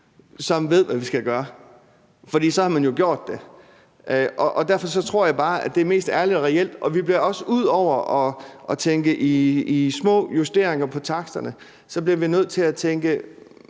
som ved, hvad vi skal gøre, for ellers havde man jo gjort det. Derfor tror jeg bare, det er mest ærligt og reelt at sige det. Og ud over at tænke i små justeringer på takterne bliver vi nødt til at tænke